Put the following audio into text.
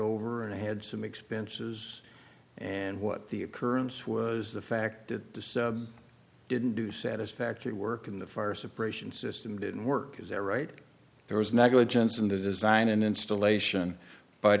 over and i had some expenses and what the occurrence was the fact that this didn't do satisfactory work in the fire suppression system didn't work is there right there was negligence in the design and installation b